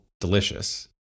delicious